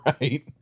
Right